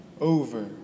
over